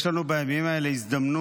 יש לנו בימים האלה הזדמנות